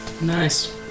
Nice